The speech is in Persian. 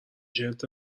شرت